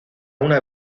una